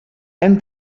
hem